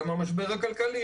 המשבר הכלכלי,